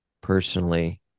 personally